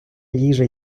їжа